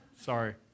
Sorry